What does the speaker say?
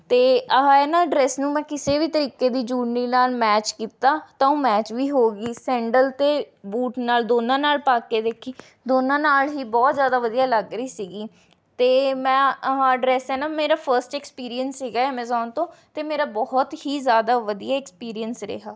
ਅਤੇ ਆਹ ਏ ਨਾ ਡਰੈਸ ਨੂੰ ਮੈਂ ਕਿਸੇ ਵੀ ਤਰੀਕੇ ਦੀ ਜੂਲਰੀ ਨਾਲ ਮੈਚ ਕੀਤਾ ਤਾਂ ਉਹ ਮੈਚ ਵੀ ਹੋ ਗਈ ਸੈਂਡਲ ਅਤੇ ਬੂਟ ਨਾਲ ਦੋਨਾਂ ਨਾਲ ਪਾ ਕੇ ਦੇਖੀ ਦੋਨਾਂ ਨਾਲ ਹੀ ਬਹੁਤ ਜ਼ਿਆਦਾ ਵਧੀਆ ਲੱਗ ਰਹੀ ਸੀਗੀ ਅਤੇ ਮੈਂ ਆਹ ਡਰੈਸ ਹੈ ਨਾ ਮੇਰਾ ਫਸਟ ਐਕਸਪੀਰੀਅਸ ਸੀਗਾ ਐਮਾਜੋਨ ਤੋਂ ਅਤੇ ਮੇਰਾ ਬਹੁਤ ਹੀ ਜ਼ਿਆਦਾ ਵਧੀਆ ਐਕਸਪੀਰੀਐਂਸ ਰਿਹਾ